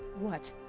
what.